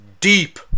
deep